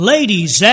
Ladies